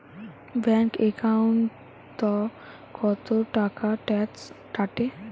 Bank একাউন্টত কতো টাকা ট্যাক্স কাটে?